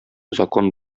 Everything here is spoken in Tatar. закон